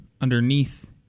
underneath